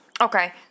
Okay